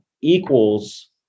equals